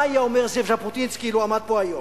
מה היה אומר זאב ז'בוטינסקי אילו עמד פה היום,